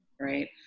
right